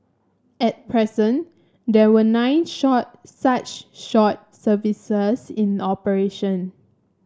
at present there were nine short such short services in operation